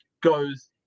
goes